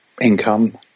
income